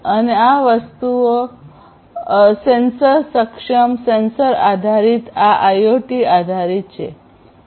અને આ વસ્તુઓ સેન્સર સક્ષમ સેન્સર આધારિત આ આઇઓટી આધારિત છે